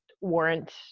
warrant